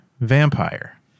Vampire